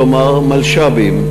כלומר מלש"בים,